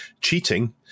cheating